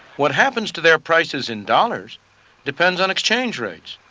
what happens to their prices in dollars depends on exchange rates,